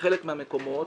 בחלק מהמקומות